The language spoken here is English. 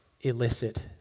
illicit